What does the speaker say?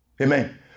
Amen